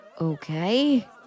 Okay